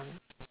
uh